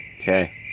Okay